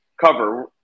cover